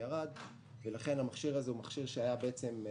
התיק שלהם ירד ולכן המכשיר הזה היה פרו-סיקליקלי,